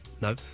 no